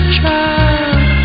child